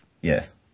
Yes